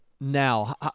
now